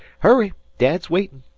hurry! dad's waitin'.